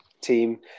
team